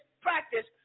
practice